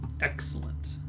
excellent